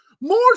more